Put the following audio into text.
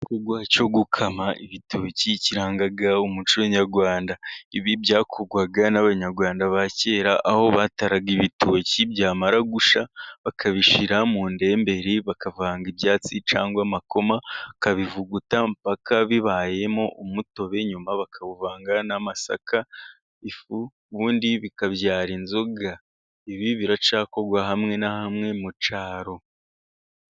Igikorwa cyo gukama ibitoki kiranga umuco nyarwanda, ibi byakorwaga n'Abanyarwanda ba kera ,aho bataraga ibitoki byamara gushya, bakabishyira mu ndemberi bakavanga ibyatsi ,cyangwa amakoma bakabivuguta mpaka bibayemo umutobe, nyuma bakawuvanga n'amasaka ,ifu, ubundi bikabyara inzoga. Ibi biracyakorwa hamwe na hamwe mu cyaro.